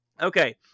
Okay